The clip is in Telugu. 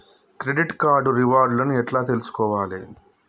క్రెడిట్ కార్డు రివార్డ్ లను ఎట్ల తెలుసుకోవాలే?